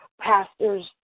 pastors